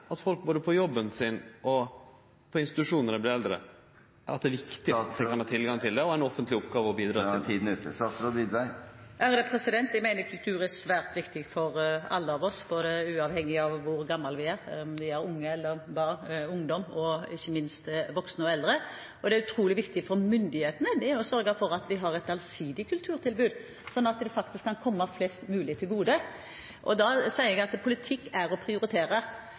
at det er viktig at folk både på jobben sin og på institusjon når dei vert eldre, kan få tilgang til det, og at det er ei offentleg oppgåve å bidra til det? Taletiden er ute. Statsråd Widvey, vær så god. Jeg mener kultur er svært viktig for oss alle, uavhengig av hvor gamle vi er – om vi er barn, ungdom, eller, ikke minst, voksne og eldre. Det er utrolig viktig at myndighetene sørger for at vi har et allsidig kulturtilbud, slik at det kan komme flest mulig til gode. Jeg sier at politikk er å prioritere.